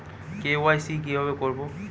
KYC কিভাবে করব?